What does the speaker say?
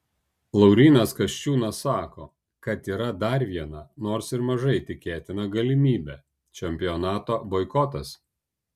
laurynas kasčiūnas sako kad yra dar viena nors ir mažai tikėtina galimybė čempionato boikotas